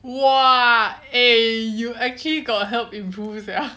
!wah! eh you actually got help improve sia